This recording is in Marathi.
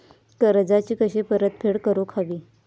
कर्जाची कशी परतफेड करूक हवी?